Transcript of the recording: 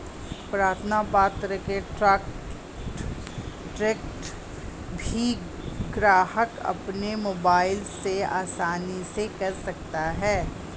प्रार्थना पत्र को ट्रैक भी ग्राहक अपने मोबाइल से आसानी से कर सकता है